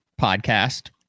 podcast